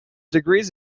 degrees